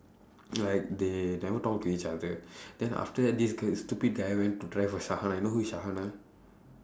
like they never talk to each other then after that this girl stupid guy went to try for you know who is